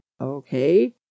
Okay